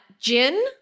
gin